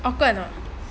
awkward or not